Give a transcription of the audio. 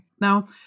Now